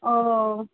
ও